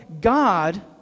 God